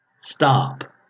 stop